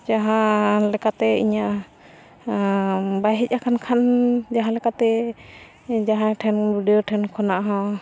ᱡᱟᱦᱟᱸ ᱞᱮᱠᱟᱛᱮ ᱤᱧᱟᱹᱜ ᱵᱟᱭ ᱦᱮᱡ ᱟᱠᱟᱱ ᱠᱷᱟᱱ ᱡᱟᱦᱟᱸ ᱞᱮᱠᱟᱛᱮ ᱡᱟᱦᱟᱸᱭ ᱴᱷᱮᱱ ᱵᱤ ᱰᱤ ᱳ ᱴᱷᱮᱱ ᱠᱷᱚᱱᱟᱜ ᱦᱚᱸ